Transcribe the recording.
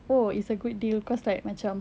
oh it's a good deal cause like macam